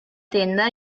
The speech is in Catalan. tenda